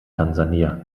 tansania